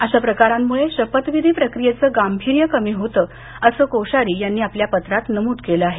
अशा प्रकारांमुळे शपथविधी प्रक्रियेचं गांभीर्य कमी होतं असं कोश्यारी यांनी आपल्या पत्रात नमूद केलं आहे